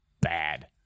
bad